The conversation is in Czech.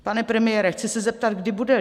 Pane premiére, chci se zeptat, kdy bude líp.